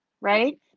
right